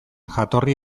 jatorri